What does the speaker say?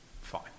Fine